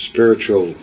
Spiritual